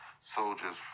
soldiers